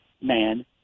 man